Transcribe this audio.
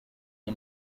ari